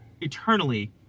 eternally